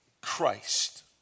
Christ